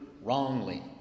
wrongly